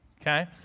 okay